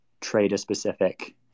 trader-specific